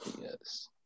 yes